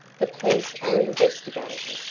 the police are investigating.